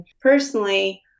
personally